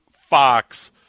Fox